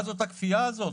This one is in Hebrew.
מה זאת הכפייה הזאת?